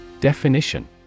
Definition